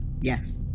Yes